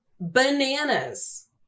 Bananas